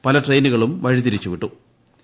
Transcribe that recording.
പല ട്രെയിനുകളും വഴിതിരിച്ചു വിട്ടു്